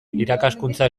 irakaskuntza